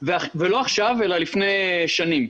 ולא עכשיו אלא לפני שנים.